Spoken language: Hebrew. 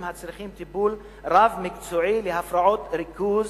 הצריכים טיפול רב-מקצועי להפרעות ריכוז